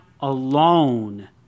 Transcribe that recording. alone